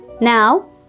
Now